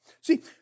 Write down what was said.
See